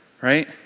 right